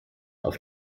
auf